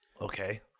Okay